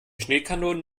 schneekanonen